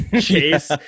chase